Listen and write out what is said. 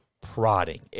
prodding